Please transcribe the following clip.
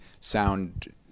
sound